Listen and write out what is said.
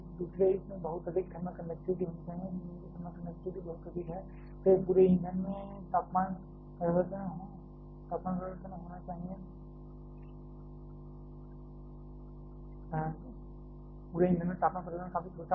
दूसरे इसमें बहुत अधिक थर्मल कंडक्टिविटी होनी चाहिए ईंधन की थर्मल कंडक्टिविटी बहुत अधिक है फिर पूरे ईंधन में तापमान परिवर्तन काफी छोटा होगा